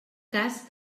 cas